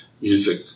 music